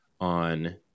on